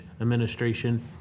administration